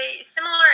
similar